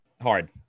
Hard